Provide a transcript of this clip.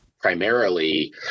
primarily